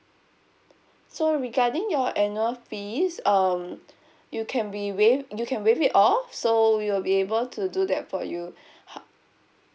so regarding your annual fees um you can be waived you can waive it off so we will be able to do that for you h~